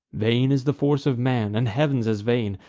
vain is the force of man, and heav'n's as vain,